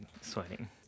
sweating